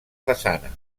façana